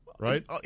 right